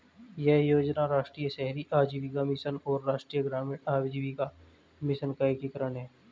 यह योजना राष्ट्रीय शहरी आजीविका मिशन और राष्ट्रीय ग्रामीण आजीविका मिशन का एकीकरण है